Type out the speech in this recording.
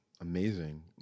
amazing